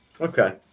Okay